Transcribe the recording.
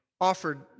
offered